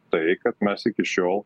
tai kad mes iki šiol